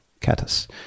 catus